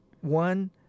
one